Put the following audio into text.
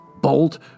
bolt